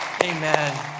amen